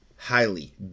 highly